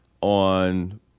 on